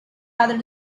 rather